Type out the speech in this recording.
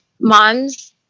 moms